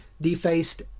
defaced